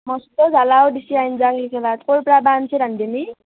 মস্ত জালাও দিছে আঞ্জা কিখনত ক'ৰপৰা বা আনিছে ৰান্ধনি